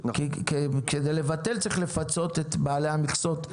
כדי לבטל צריך לפצות את בעלי המכסות,